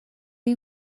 این